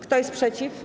Kto jest przeciw?